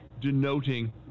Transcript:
denoting